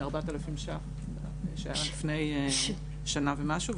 מ-4,000 שקלים שהיה לפני שנה ומשהו,